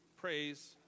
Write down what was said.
praise